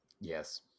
Yes